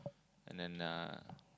and then uh